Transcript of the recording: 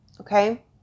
Okay